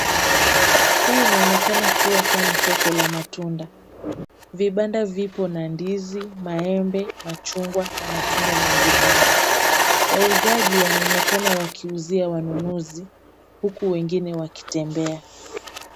Hii inaonekana kuwa kama soko la matunda. Vibanda vipo na ndizi, maembe, machungwa na matunda mengineo. Wauzaji wanaonekana wakiuzia wanunuzi huku wengine wakitembea.